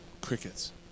Crickets